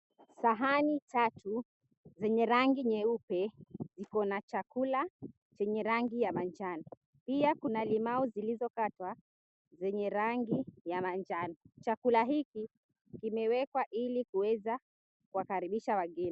Sahani tatu zenye rangi nyeupe ziko na chakula chenye rangi ya manjano. Pia kuna limau zilizokatwa zenye rangi ya manjano. Chakula hiki kimewekwa ili kuweza kuwakaribisha wageni.